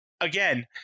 again